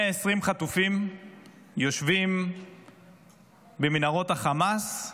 120 חטופים יושבים במנהרות החמאס,